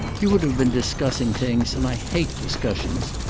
you would have been discussing things, and i hate discussions.